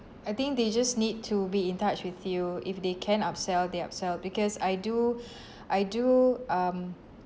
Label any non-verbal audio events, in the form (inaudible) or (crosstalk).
I think they just need to be in touch with you if they can upsell they upsell because I do (breath) I do um